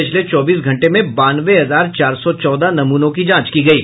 पिछले चौबीस घंटे में बानवे हजार चार सौ चौदह नमूनों की जांच की गयी